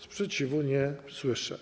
Sprzeciwu nie słyszę.